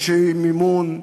אנשי מימון,